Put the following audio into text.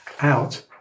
out